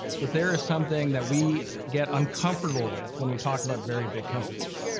that there is something that we get uncomfortable with when we talk about very big companies.